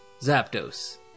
Zapdos